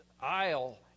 aisle